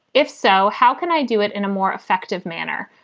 if so, how can i do it in a more effective manner?